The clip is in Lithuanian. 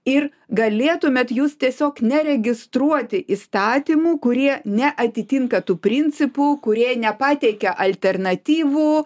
ir galėtumėt jūs tiesiog neregistruoti įstatymų kurie neatitinka tų principų kurie nepateikia alternatyvų